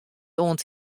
oant